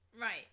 Right